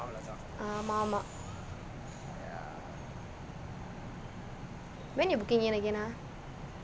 ஆமாம் ஆமாம்:aamaam aamaam when you booking in again ah